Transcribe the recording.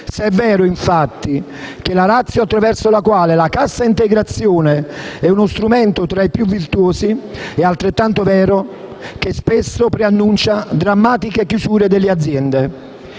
Se è vero, infatti, che la *ratio* per la quale la cassa integrazione è uno strumento tra i più virtuosi, è altrettanto vero che spesso preannuncia drammatiche chiusure delle aziende.